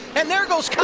and there goes